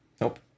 Nope